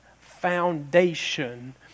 foundation